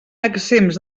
exempts